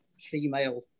female